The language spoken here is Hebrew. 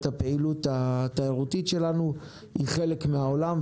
הפעילות התיירותית שלנו היא חלק מהעולם,